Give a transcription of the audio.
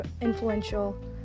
influential